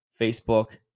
Facebook